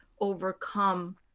overcome